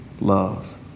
love